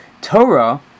Torah